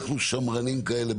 אנחנו שמרנים כאלה,